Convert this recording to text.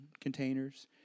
containers